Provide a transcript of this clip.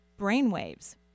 brainwaves